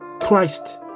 Christ